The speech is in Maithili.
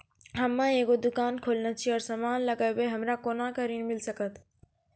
हम्मे एगो दुकान खोलने छी और समान लगैबै हमरा कोना के ऋण मिल सकत?